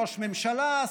ראש ממשלה,